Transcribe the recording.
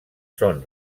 són